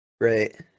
Right